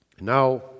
Now